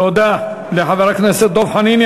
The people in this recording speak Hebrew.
תודה לחבר הכנסת דב חנין.